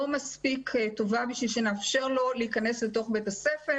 מספיק טובה בשביל שנאפשר לו להיכנס לתוך בית הספר.